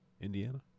Indiana